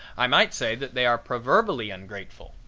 i might say that they are proverbially ungrateful.